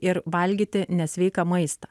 ir valgyti nesveiką maistą